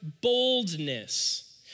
boldness